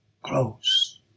close